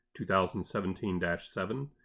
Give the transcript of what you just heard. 2017-7